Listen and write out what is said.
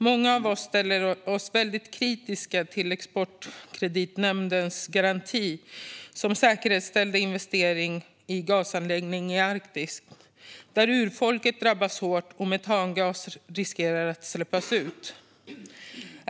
Många av oss är kritiska till Exportkreditnämndens garanti som säkerhetsställde investering i en gasanläggning i Arktis eftersom urfolket drabbas hårt och metangas riskerar att släppas ut.